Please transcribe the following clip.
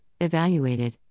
evaluated